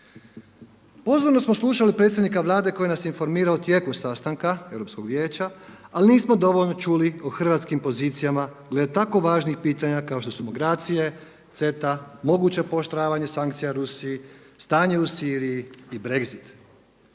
Pozorno smo slušali predsjednika Vlade koji nas je informirao o tijeku sastanka Europskog vijeća ali nismo dovoljno čuli o hrvatskim pozicijama jer je tako važnih pitanja kao što su migracije, CETA, moguće pooštravanje sankcija Rusiji, stanje u Siriji i BREXIT.